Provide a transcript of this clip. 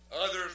Others